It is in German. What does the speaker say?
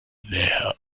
näher